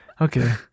Okay